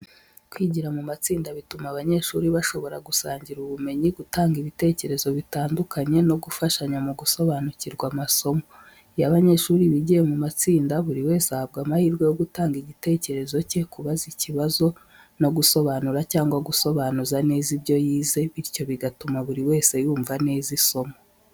Kwigira mu matsinda bituma abanyeshuri bashobora gusangira ubumenyi, gutanga ibitekerezo bitandukanye no gufashanya mu gusobanukirwa amasomo. Iyo abanyeshuri bigiye mu matsinda, buri wese ahabwa amahirwe yo gutanga igitekerezo cye, kubaza ibibazo no gusobanura cyangwa gusobanuza neza ibyo yize, bityo bigatuma buri wese yumva neza isomo.